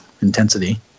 intensity